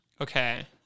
Okay